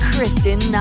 Kristen